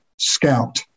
scout